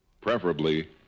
preferably